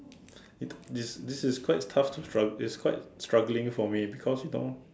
it this this is quite tough strug~ it's quite struggling for me because you know